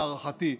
להערכתי,